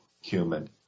human